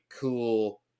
cool